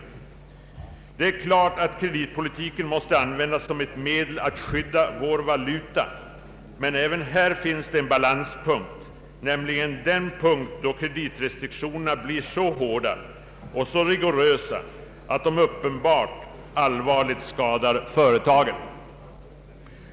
Det är klart att kreditpolitiken måste användas som ett medel att skydda vår valuta, men även här finns det en balanspunkt, nämligen den punkt då kreditrestriktionerna blir så hårda och så rigorösa att de uppenbart allvarligt skadar företagen.